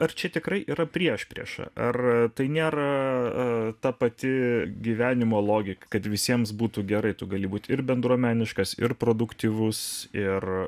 ar čia tikrai yra priešprieša ar tai nėra ta pati gyvenimo logika kad visiems būtų gerai tu gali būti ir bendruomeniškas ir produktyvus ir